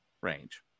range